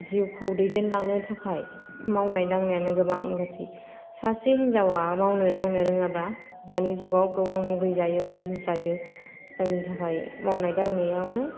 जिउखौ दैदेनलांनो थाखाय मावनाय दांनायानो गोबां गोनांथि सासे हिन्जावा मावनो दांनो रोङाब्ला दानि जुगाव गोबां मुगै जायो मुजु जायो जायनि थाखाय मावनाय दांनायावनो